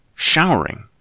showering